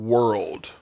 World